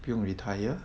不用 retire